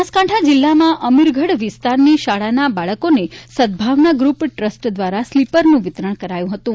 બનાસકાંઠા જિલ્લામાં અમીરગઢ વિસ્તારની શાળાના બાળકોને સદભાવના ગ્ર્પ ટ્રસ્ટ દ્વારા સ્લીપરનું વિતરણ કરાયું હતું